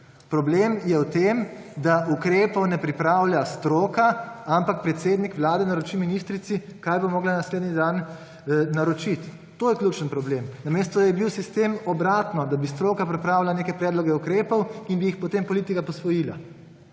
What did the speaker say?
Problem je v tem, da ukrepov ne pripravlja stroka, ampak predsednik Vlade naroči ministrici, kaj bo morala naslednji dan naročiti. To je ključni problem, namesto da bi bil sistem obraten, da bi stroka pripravila neke predloge ukrepov in bi jih potem politika posvojila.